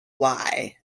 why